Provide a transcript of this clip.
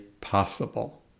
possible